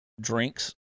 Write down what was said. drinks